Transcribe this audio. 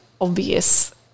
obvious